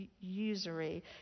usury